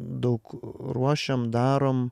daug ruošiam darom